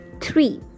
three